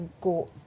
go